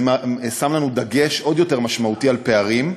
זה שם לנו דגש עוד יותר משמעותי על הפערים.